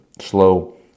slow